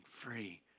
free